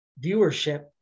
viewership